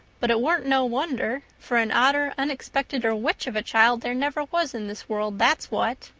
but it weren't no wonder, for an odder, unexpecteder witch of a child there never was in this world, that's what.